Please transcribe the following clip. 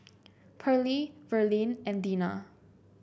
Perley Verlene and Dina